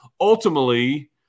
ultimately